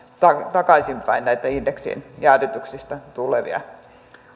takaisinpäin näitä indeksijäädytyksistä tulevia